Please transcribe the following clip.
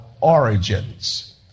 origins